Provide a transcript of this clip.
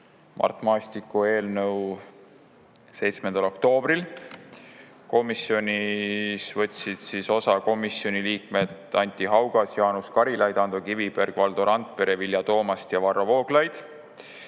Mart Maastiku eelnõu 7. oktoobril. Komisjonist võtsid osa komisjoni liikmed Anti Haugas, Jaanus Karilaid, Ando Kiviberg, Valdo Randpere, Vilja Toomast ja Varro Vooglaid.